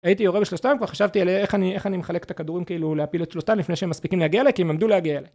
הייתי יורה בשלושתם וכבר חשבתי על איך אני מחלק את הכדורים כאילו להפיל את שלושתם לפני שהם מספיקים להגיע אלי כי הם עמדו להגיע אלי